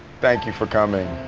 thank you for coming.